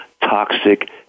toxic